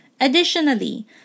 Additionally